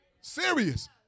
Serious